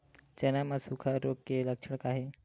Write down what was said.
चना म सुखा रोग के लक्षण का हे?